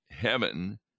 heaven